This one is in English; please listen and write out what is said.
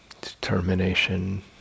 determination